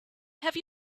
have